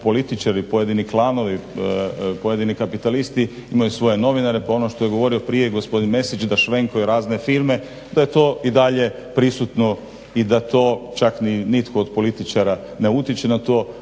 političari, pojedini klanovi, pojedini kapitalisti imaju svoje novinare pa ono što je govorio gospodin Mesić da švenkuje razne firme, da je to i dalje prisutno i da to čak nitko od političara ne utječe na to